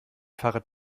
fahrrad